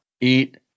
eat